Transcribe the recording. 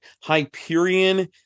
Hyperion